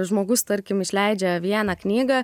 žmogus tarkim išleidžia vieną knygą